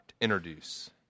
introduce